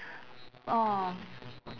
orh